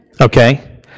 okay